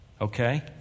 Okay